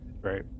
Right